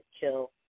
kill